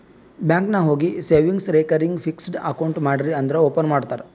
bank ನಾಗ್ ಹೋಗಿ savings, recurring, fixed account ಮಾಡ್ರಿ ಅಂದುರ್ ಓಪನ್ ಮಾಡ್ತಾರ್